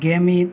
ᱜᱮᱢᱤᱫ